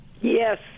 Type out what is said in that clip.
Yes